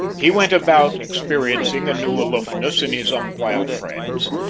he went about experiencing a new aloofness in his umquhile friends,